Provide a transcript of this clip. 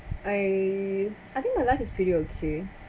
I I think my life is pretty okay